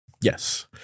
Yes